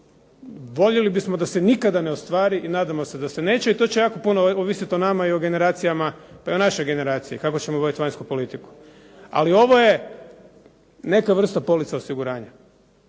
voljeli bismo da se nikada ne ostvari i nadamo se da se neće i to će jako puno ovisiti o nama i o generacijama, pa i o našoj generaciji kako ćemo voditi vanjsku politiku. Ali ovo je neka vrsta police osiguranja,